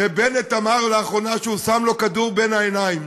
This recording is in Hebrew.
שבנט אמר לאחרונה שהוא שם לו כדור בין העיניים,